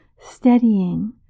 steadying